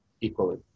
equally